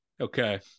Okay